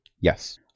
Yes